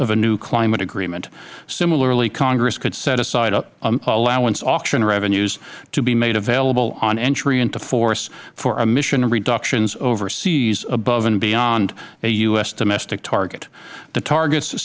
of a new climate agreement similarly congress could set aside allowance auction revenues to be made available on entry into force for emission reductions overseas above and beyond a u s domestic target the targets